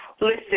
Listen